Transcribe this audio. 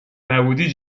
نبودی